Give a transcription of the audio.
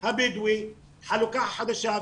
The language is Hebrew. הבדואי חלוקה חדשה,